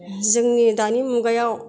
जोंनि दानि मुगायाव